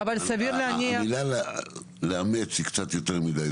אבל --- המילה לאמץ היא קצת יותר מדי,